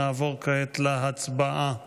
נעבור כעת להצבעה.